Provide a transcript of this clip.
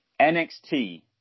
NXT